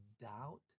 doubt